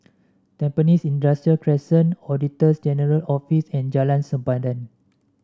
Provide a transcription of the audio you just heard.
Tampines Industrial Crescent Auditor General's Office and Jalan Sempadan